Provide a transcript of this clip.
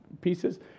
pieces